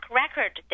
record